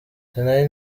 sinari